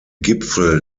gipfel